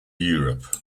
europe